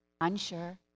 unsure